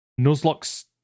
Nuzlocke